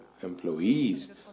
employees